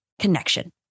connection